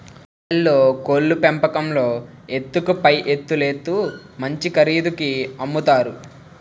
పల్లెల్లో కోళ్లు పెంపకంలో ఎత్తుకు పైఎత్తులేత్తు మంచి ఖరీదుకి అమ్ముతారు